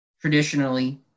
traditionally